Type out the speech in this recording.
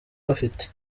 bafite